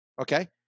okay